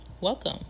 welcome